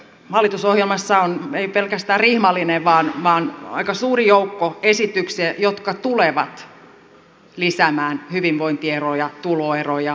hallitusohjelmassa on ei pelkästään rihmallinen vaan aika suuri joukko esityksiä jotka tulevat lisäämään hyvinvointieroja tuloeroja terveyseroja